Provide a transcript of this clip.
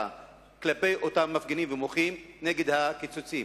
כלפי אותם מפגינים המוחים נגד הקיצוצים.